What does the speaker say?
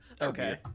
Okay